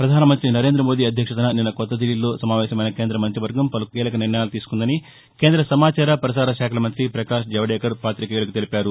పధానమంతి నరేందమోదీ అధ్యక్షతన నిన్న కొత్తదిల్లీలో సమావేశమైన కేంద్రమంత్రివర్గం పలు కీలక నిర్ణయాలు తీసుకుందని కేంద్ర సమాచార పసారశాఖ మంతి పకాశ్ జావదేకర్ పాతికేయులకు తెలిపారు